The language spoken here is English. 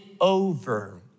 over